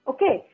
Okay